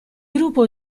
gruppo